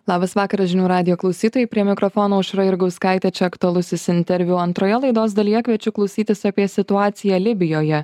labas vakaras žinių radijo klausytojai prie mikrofono aušra jurgauskaitė čia aktualusis interviu antroje laidos dalyje kviečiu klausytis apie situaciją libijoje